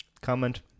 Comment